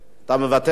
אתה מוותר?